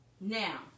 Now